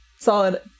solid